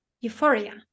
euphoria